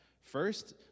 First